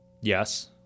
Yes